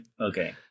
Okay